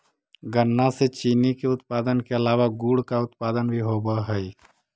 गन्ना से चीनी के उत्पादन के अलावा गुड़ का उत्पादन भी होवअ हई